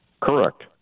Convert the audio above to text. Correct